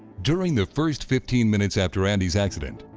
during the first fifteen minutes after andy's accident,